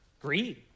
greed